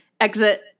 exit